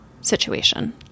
situation